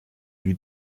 lui